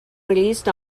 released